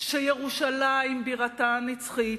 שירושלים בירתה הנצחית,